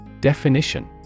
Definition